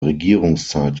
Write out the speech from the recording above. regierungszeit